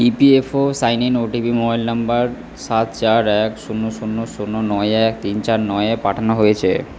EPFO sign in OTP mobile number সাত চার এক শূন্য শূন্য শূন্য নয় এক তিন চার নয়য়ে পাঠানো হয়েছে